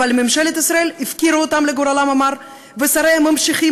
אבל ממשלת ישראל הפקירה אותם לגורלם המר ושריה ממשיכים